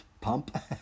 pump